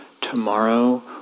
Tomorrow